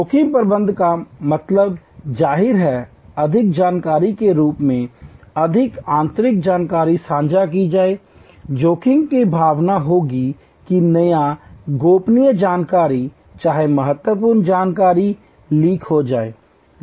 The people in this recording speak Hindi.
जोखिम प्रबंधन का मतलब जाहिर है अधिक जानकारी के रूप में अधिक आंतरिक जानकारी साझा की जाएगी जोखिम की भावना होगी कि क्या गोपनीय जानकारी चाहे महत्वपूर्ण जानकारी लीक हो जाएगी